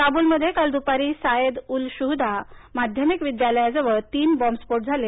काबूलमध्ये काल दुपारी सायेद उल शुहदा माध्यमिक विद्यालयाजवळ तीन बॉंबस्फोट झाले